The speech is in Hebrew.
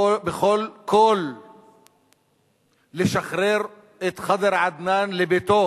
בכל קול לשחרר את ח'דר עדנאן לביתו.